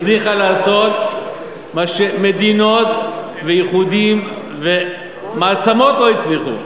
הצליחה לעשות מה שמדינות ואיחודים ומעצמות לא הצליחו.